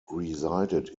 resided